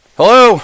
hello